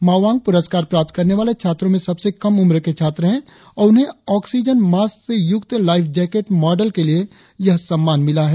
माओवांग पुरस्कार प्राप्त करने वाले छात्रो में सबसे कम उम्र के छात्र है और उन्हें आक्सीजन मास्क से युक्त लाइफ जैकेट माँडल के लिए यह सम्मान मिला है